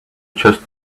just